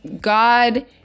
God